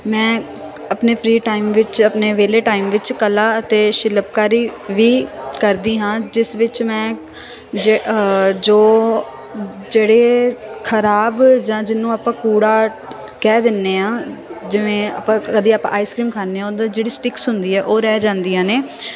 ਮੈਂ ਆਪਣੇ free time ਵਿੱਚ ਆਪਣੇ ਵੇਹਲੇ ਟਾਈਮ ਵਿੱਚ ਕਲਾ ਅਤੇ ਸ਼ਿਲਪਕਾਰੀ ਵੀ ਕਰਦੀ ਹਾਂ ਜਿਸ ਵਿੱਚ ਮੈਂ ਜੇ ਜੋ ਜਿਹੜੇ ਖਰਾਬ ਜਾਂ ਜਿਹਨੂੰ ਆਪਾਂ ਕੂੜਾ ਕਹਿ ਦਿੰਦੇ ਹਾਂ ਜਿਵੇਂ ਆਪਾਂ ਦੇ ਆਪਾਂ ਆਈਸਕ੍ਰੀਮ ਖਾਂਦੇ ਹਾਂ ਉਦੋਂ ਜਿਹੜੀ ਸਟਿਕਸ ਹੁੰਦੀ ਹੈ ਉਹ ਰਹਿ ਜਾਂਦੀਆਂ ਨੇ